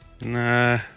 Nah